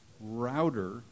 router